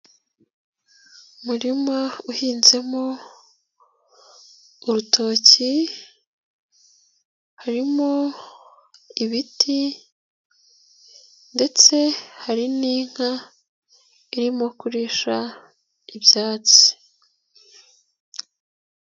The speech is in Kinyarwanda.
Umurima uhinzemo urutoki, harimo ibiti ndetse hari n'inka irimo kurisha ibyatsi.